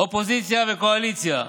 אופוזיציה וקואליציה,